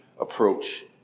approach